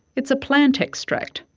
it's a plant extract,